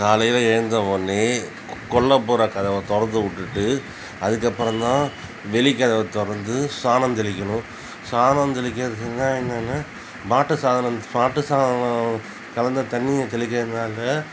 காலையில எழுந்த உடனே கொல்லைப்புற கதவை திறந்து விட்டுக்கிட்டு அதுக்கு அப்புறந்தான் வெளி கதவை திறந்து சாணம் தெளிக்கிணும் சாணம் தெளிக்கிறதுன்னா என்னென்னா மாட்டு சாணம் மாட்டு சாணம் கலந்த தண்ணியை தெளிக்கிறதுனால்